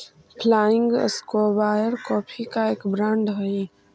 flying square coffee का एक brand हई